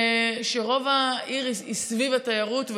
רוב העיר היא סביב התיירות,